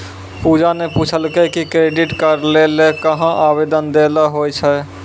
पूजा ने पूछलकै कि क्रेडिट कार्ड लै ल कहां आवेदन दै ल होय छै